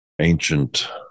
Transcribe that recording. ancient